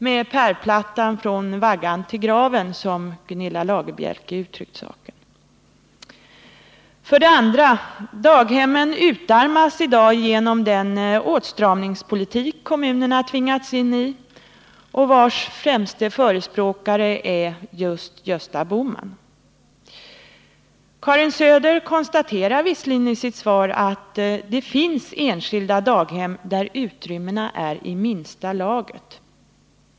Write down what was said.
”Med pärlplattan från vaggan till graven”, som Gunilla Lagerbielke uttryckt saken. För det andra: Daghemmen utarmas i dag genom den åtstramningspolitik kommunerna tvingats in i och vars främste förespråkare är just Gösta Bohman. Karin Söder konstaterar visserligen i sitt svar att ”det finns enskilda dagoch fritidshem där utrymmena är i minsta laget”.